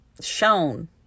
shown